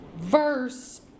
Verse